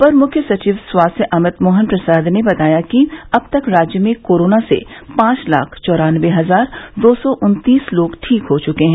अपर मुख्य सचिव स्वास्थ्य अमित मोहन प्रसाद ने बताया कि अब तक राज्य में कोरोना से पांच लाख चौरानबे हजार दो सौ उन्नीस लोग ठीक हो चुके हैं